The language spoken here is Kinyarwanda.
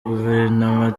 guverinoma